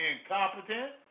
incompetent